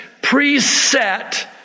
preset